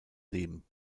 leben